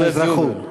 מתן אזרחות.